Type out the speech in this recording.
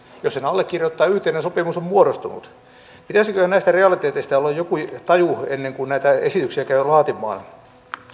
jos sen allekirjoittaa yhteinen sopimus on muodostunut pitäisiköhän näistä realiteeteista olla joku taju ennen kuin näitä esityksiä käy laatimaan